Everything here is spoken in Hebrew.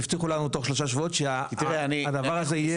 הם הבטיחו לנו תוך שלושה שבועות שהדבר הזה יהיה.